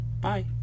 Bye